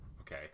Okay